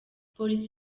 polisi